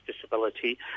disability